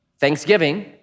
thanksgiving